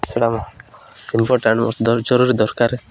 ସେଇଟା ମୋର ଇମ୍ପୋଟାଣ୍ଟ ଜରୁରୀ ଦରକାର